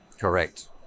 correct